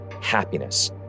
happiness